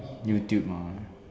YouTube ah